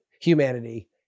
humanity